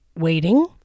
waiting